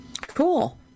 Cool